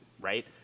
right